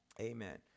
Amen